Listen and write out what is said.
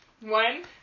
One